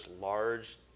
large